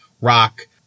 rock